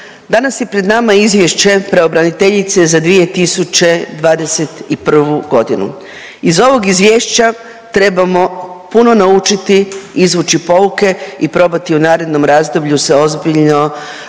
Danas je pred nama Izvješće pravobraniteljice za 2021. godinu. Iz ovog izvješća trebamo puno naučiti, izvući pouke i probati u narednom razdoblju se ozbiljno